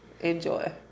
enjoy